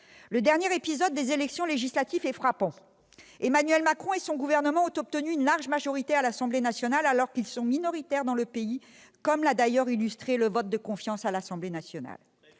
Le dernier épisode des élections législatives est frappant : Emmanuel Macron et son gouvernement ont obtenu une large majorité à l'Assemblée nationale, alors qu'ils sont minoritaires dans le pays, comme l'a illustré le vote de confiance à l'Assemblée nationale.